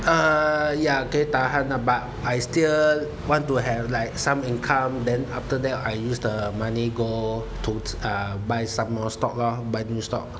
uh ya 可以 tahan lah but I still want to have like some income then after that I use the money go 投资 uh buy some more stock lor buy new stock